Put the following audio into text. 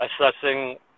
assessing